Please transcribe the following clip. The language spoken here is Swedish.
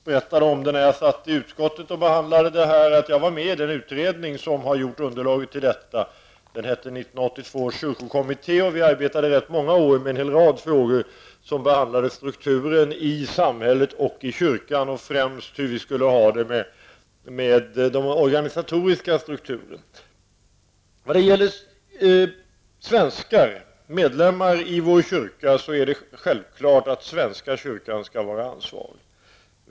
När vi i utskottet behandlade det här ärendet, berättade jag att jag var med i den utredning som har gjort underlaget, nämligen 1982 års kyrkokommitté. Vi arbetade i rätt många år med en hel rad frågor som gällde strukturen i samhället och i kyrkan, och främst hur vi skulle ha det med den organisatoriska strukturen. När det gäller svenskar, som är medlemmar i vår kyrka, är det självklart att svenska kyrkan skall vara ansvarig.